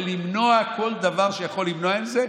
ולמנוע כל דבר שיכול למנוע את זה.